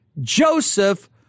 Joseph